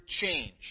change